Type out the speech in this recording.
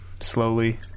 Slowly